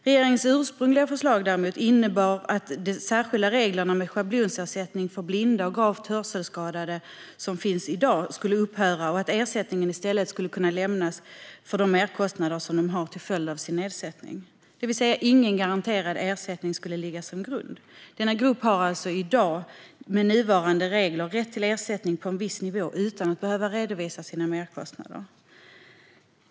Regeringens ursprungliga förslag innebar däremot att de särskilda regler med schablonersättning för blinda och gravt hörselskadade som finns i dag skulle upphöra att gälla och att ersättning i stället skulle kunna lämnas för de merkostnader som man har till följd av sin nedsättning, det vill säga att ingen garanterad ersättning skulle ligga som grund. Denna grupp har alltså i dag, med nuvarande regler, rätt till ersättning på en viss nivå utan att behöva redovisa sina merkostnader.